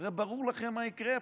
הרי ברור לכם מה יקרה פה.